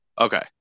okay